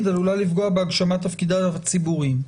עלולה לפגוע בהגשמת תפקידיו הציבוריים.